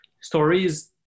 stories